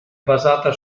basata